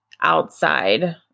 outside